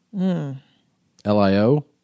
L-I-O